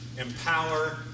empower